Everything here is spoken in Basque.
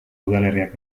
udalerriak